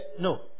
No